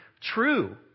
true